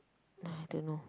I don't know